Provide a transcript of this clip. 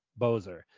Bozer